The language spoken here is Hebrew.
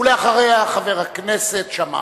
ואחריה, חבר הכנסת שאמה.